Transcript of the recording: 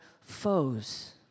foes